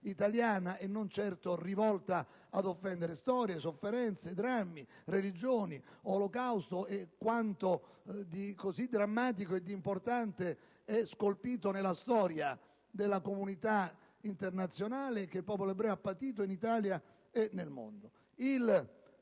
italiana e non certo rivolta ad offendere storia, sofferenze, drammi, religioni, Olocausto e quanto di così drammatico e importante è scolpito nella storia della comunità internazionale, e che il popolo ebraico ha patito in Italia e nel mondo. Il